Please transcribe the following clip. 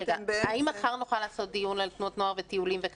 האם מחר נוכל לעשות דיון על תנועות נוער וטיולים?